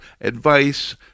advice